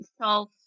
solve